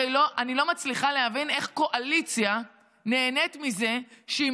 הרי אני לא מצליחה להבין איך הקואליציה נהנית מזה שהיא